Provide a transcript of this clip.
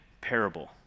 parable